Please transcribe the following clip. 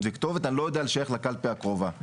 וכתובת אני לא יודע לשייך לקלפי הקרובה,